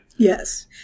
Yes